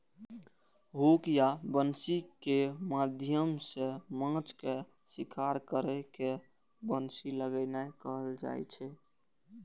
hook या बंसी के माध्यम सं माछ के शिकार करै के बंसी लगेनाय कहल जाइ छै